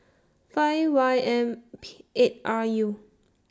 five Y M P eight R U